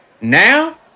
Now